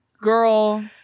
girl